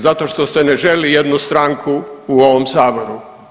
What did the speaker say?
Zato što se ne želi jednu stranku u ovom Saboru.